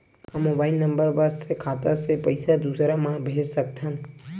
का mobile number बस से खाता से पईसा दूसरा मा भेज सकथन?